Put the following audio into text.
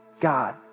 God